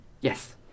Yes